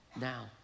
now